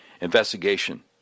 investigation